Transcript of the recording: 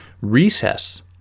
recess